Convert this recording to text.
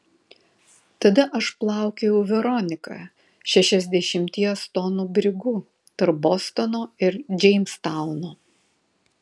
tada aš plaukiojau veronika šešiasdešimties tonų brigu tarp bostono ir džeimstauno